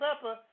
pepper